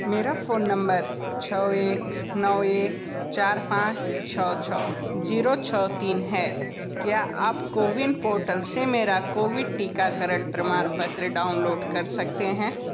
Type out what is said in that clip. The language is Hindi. मेरा फ़ोन नंबर छः एक नौ एक चार पाँच छः छः जीरो छः तीन है क्या आप कोविन पोर्टल से मेरा कोविड टीकाकरण प्रमाणपत्र डाउनलोड कर सकते हैं